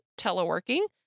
teleworking